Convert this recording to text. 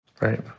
Right